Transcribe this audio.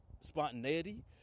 spontaneity